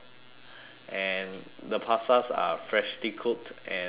and the pastas are freshly cooked and uh